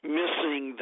missing